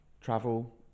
Travel